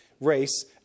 race